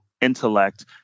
intellect